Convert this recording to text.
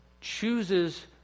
chooses